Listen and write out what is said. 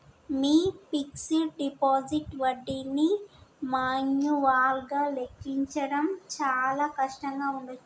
మీ fixed deposit వడ్డీని మాన్యువల్గా లెక్కించడం చాలా కష్టంగా ఉండచ్చు